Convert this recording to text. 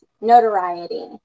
notoriety